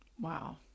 Wow